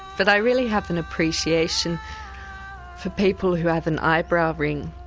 but i really have an appreciation for people who have an eyebrow ring,